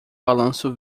balanço